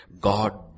God